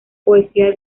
poesía